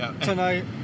tonight